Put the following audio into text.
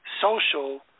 social